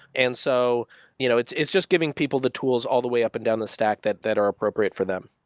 and so you know it's it's just giving people the tools all the way up and down the stack that that are appropriate for them.